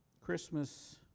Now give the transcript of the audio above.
Christmas